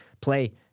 play